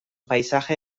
paisaje